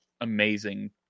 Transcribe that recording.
amazing